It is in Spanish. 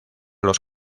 los